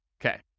Okay